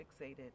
fixated